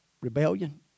rebellion